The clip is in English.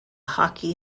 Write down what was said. hockey